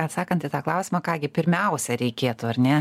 atsakant į tą klausimą ką gi pirmiausia reikėtų ar ne